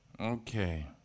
Okay